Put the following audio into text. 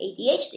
ADHD